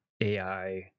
AI